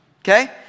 okay